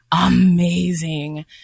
amazing